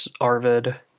Arvid